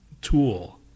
Tool